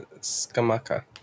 Skamaka